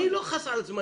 אני לא חס על זמני.